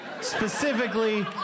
Specifically